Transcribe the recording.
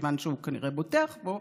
כיוון שהוא כנראה בוטח בו,